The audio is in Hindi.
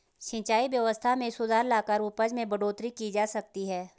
सिंचाई व्यवस्था में सुधार लाकर उपज में बढ़ोतरी की जा सकती है